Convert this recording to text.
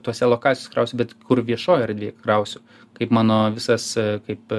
tose lokacijose krausiu bet kur viešoj erdvėj krausiu kaip mano visas kaip